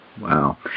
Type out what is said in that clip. Wow